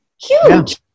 Huge